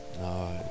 no